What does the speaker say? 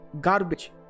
garbage